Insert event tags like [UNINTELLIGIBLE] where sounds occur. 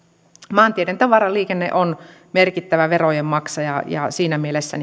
maanteiden tavaraliikenne on merkittävä verojenmaksaja ja siinä mielessä [UNINTELLIGIBLE]